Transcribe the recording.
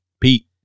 Pete